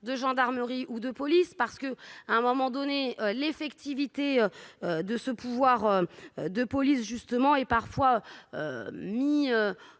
de gendarmerie ou de police parce que à un moment donné l'effectivité de ce pouvoir de police justement et parfois mis